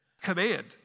command